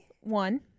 One